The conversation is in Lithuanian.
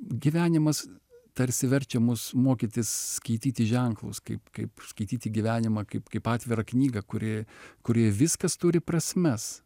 gyvenimas tarsi verčia mus mokytis skaityti ženklus kaip kaip skaityti gyvenimą kaip kaip atvirą knygą kuri kurioje viskas turi prasmes